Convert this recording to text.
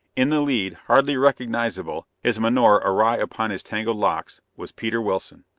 in the lead, hardly recognizable, his menore awry upon his tangled locks, was peter wilson.